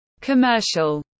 Commercial